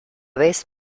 vez